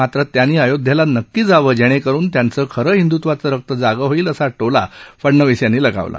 मात्र त्यांनी अयोध्येला नक्की जावं जेणेकरुन त्यांचं खरं हिंदत्वाचं रक्त जागं होईल असा टोला फडनवीस यांनी लगावला